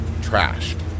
trashed